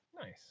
Nice